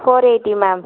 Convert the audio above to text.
four eighty ma'am